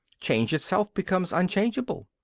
change itself becomes unchangeable.